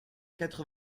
quatre